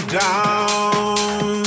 down